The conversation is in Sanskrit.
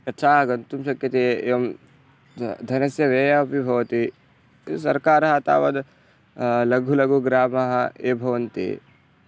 यथा गन्तुं शक्यते ए एवं द धनस्य व्ययः अपि भवति सर्कारः तावद् लघुलघुग्रामाः ये भवन्ति